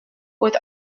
with